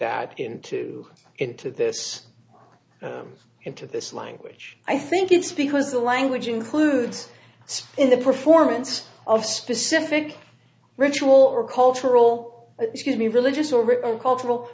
that into into this into this language i think it's because the language includes in the performance of specific ritual or cultural excuse me religious or cultural